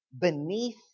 beneath